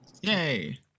Yay